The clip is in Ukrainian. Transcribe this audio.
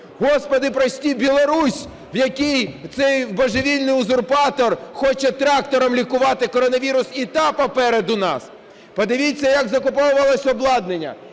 Господи прости, Білорусь, в якій цей божевільний узурпатор хоче трактором лікувати коронавірус, і та попереду нас! Подивіться, як закуповувалось обладнання.